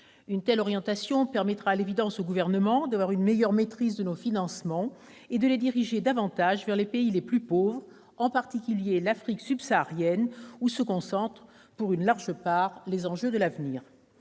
Une telle orientation permettra au Gouvernement d'avoir une meilleure maîtrise de nos financements et de les diriger davantage vers les pays les plus pauvres, en particulier ceux d'Afrique subsaharienne, où se concentrent pour une large part les enjeux de l'avenir.